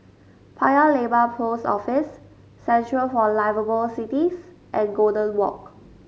Paya Lebar Post Office Centre for Liveable Cities and Golden Walk